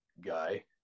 guy